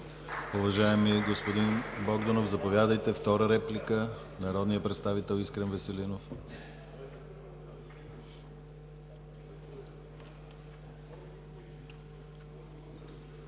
уважаеми господин Богданов. Заповядайте. Втора реплика – народният представител Искрен Веселинов.